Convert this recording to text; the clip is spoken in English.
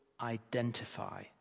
identify